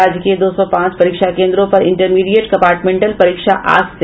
राज्य के दो सौ पांच परीक्षा केन्द्रों पर इंटरमीडिएट कम्पार्टमेंटल परीक्षा आज से